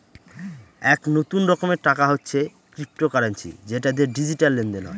এক নতুন রকমের টাকা হচ্ছে ক্রিপ্টোকারেন্সি যেটা দিয়ে ডিজিটাল লেনদেন হয়